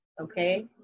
okay